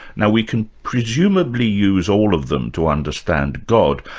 now we can presumably use all of them to understand god,